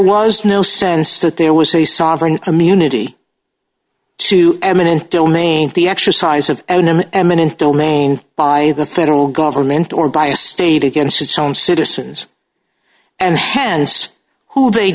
was no sense that there was a sovereign immunity to eminent domain the exercise of an eminent domain by the federal government or by a state against its own citizens and hands who they